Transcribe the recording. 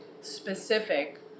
specific